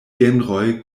genroj